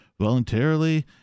voluntarily